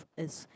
is